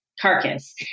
carcass